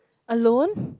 alone